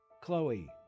Chloe